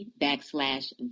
backslash